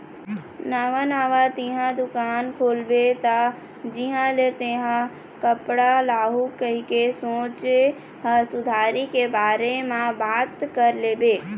नवा नवा तेंहा दुकान खोलबे त जिहाँ ले तेंहा कपड़ा लाहू कहिके सोचें हस उधारी के बारे म बात कर लेबे